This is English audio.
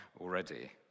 already